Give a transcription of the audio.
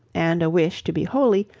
and a wish to be holy,